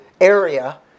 area